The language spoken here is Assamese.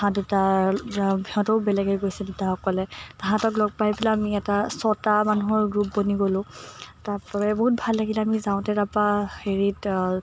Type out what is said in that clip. তাহাঁত দুটা সিহঁতেও বেলেগে গৈছিলে অকলে তাহাঁতক লগ পাই পেলাই আমি এটা ছটা মানুহৰ গ্ৰুপ বনি গ'লোঁ তাৰপ বহুত ভাল লাগিলে আমি যাওঁতে তাৰপৰা হেৰিত